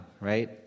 right